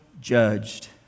judged